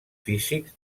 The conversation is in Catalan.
físics